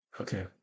Okay